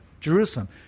Jerusalem